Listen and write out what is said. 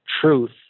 truth